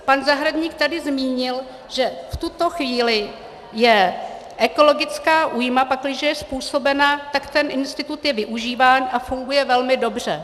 Pan Zahradník tady zmínil, že v tuto chvíli je ekologická újma, pakliže je způsobena, tak ten institut je využíván a funguje velmi dobře.